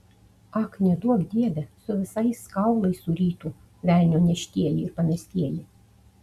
ak neduok dieve su visais kaulais surytų velnio neštieji ir pamestieji